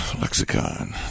Lexicon